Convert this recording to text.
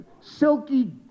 silky